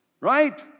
right